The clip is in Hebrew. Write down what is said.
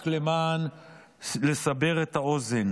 רק כדי לסבר את האוזן,